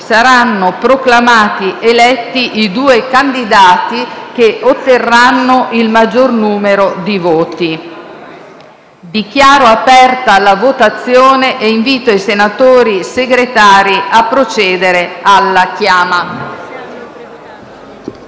Saranno proclamati eletti i due candidati che otterranno il maggior numero di voti. Dichiaro aperta la votazione e invito i senatori Segretari a procedere all'appello.